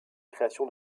création